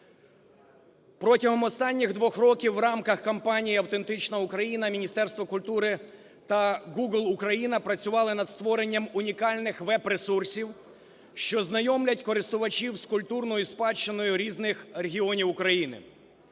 Протягом останніх двох років в рамках кампанії "Автентична Україна" Міністерство культури та Google Ukraine працювали над створенням унікальнихвеб-ресурсів, що знайомлять користувачів з культурною спадщиною різних регіонів України.